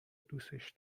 دوستش